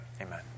amen